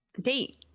date